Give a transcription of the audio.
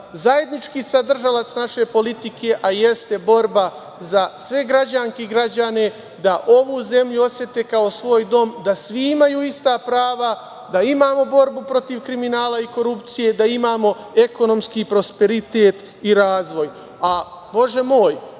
zajednički sadržalac naše politike, a jeste borba za sve građanke i građane da ovu zemlju osete kao svoj dom, da svi imaju ista prava, da imamo borbu protiv kriminala i korupcije, da imamo ekonomski prosperitet i razvoj. Bože moj,